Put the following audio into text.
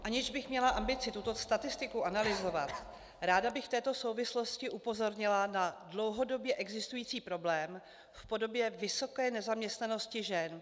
Aniž bych měla ambici tuto statistiku analyzovat, ráda bych v této souvislosti upozornila na dlouhodobě existující problém v podobě vysoké nezaměstnanosti žen.